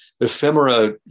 ephemera